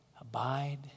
Abide